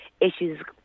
issues